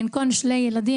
במקום שני ילדים,